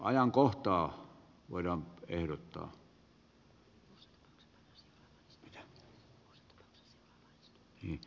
asia jää siis pöydälle